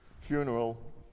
funeral